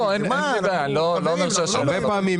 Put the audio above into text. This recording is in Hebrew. הרבה פעמים,